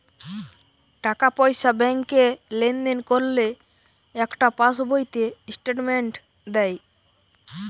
টাকা পয়সা ব্যাংকে লেনদেন করলে একটা পাশ বইতে স্টেটমেন্ট দেয়